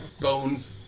bones